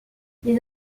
les